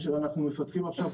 אנחנו מפתחים עכשיו